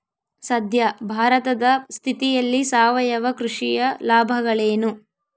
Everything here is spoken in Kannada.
ಸದ್ಯ ಭಾರತದ ಸ್ಥಿತಿಯಲ್ಲಿ ಸಾವಯವ ಕೃಷಿಯ ಲಾಭಗಳೇನು?